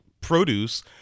produce